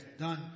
done